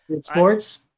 Sports